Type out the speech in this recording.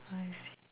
I see